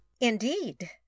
Indeed